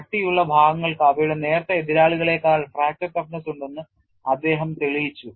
കട്ടിയുള്ള ഭാഗങ്ങൾക്ക് അവയുടെ നേർത്ത എതിരാളികളേക്കാൾ ഫ്രാക്ചർ toughness ഉണ്ടെന്ന് അദ്ദേഹം തെളിയിച്ചു